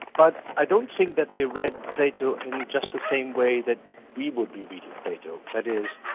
but i don't think that they read plato in just the same way that we would be reading plato, that is,